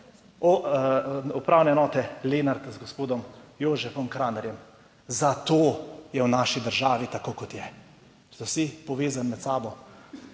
Upravne enote Lenart, z gospodom Jožefom Kranerjem, zato je v naši državi tako, kot je, vsi ste povezani med sabo.